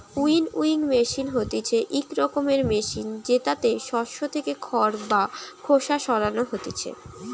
winnowing machine হতিছে ইক রকমের মেশিন জেতাতে শস্য থেকে খড় বা খোসা সরানো হতিছে